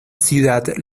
ciudad